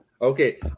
Okay